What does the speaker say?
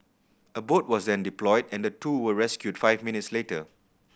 a boat was then deployed and the two were rescued five minutes later